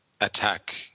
attack